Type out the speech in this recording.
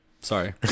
sorry